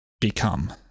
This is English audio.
become